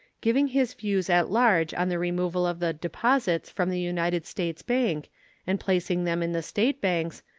giving his views at large on the removal of the deposits from the united states bank and placing them in the state banks,